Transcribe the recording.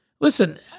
listen